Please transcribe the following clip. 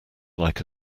like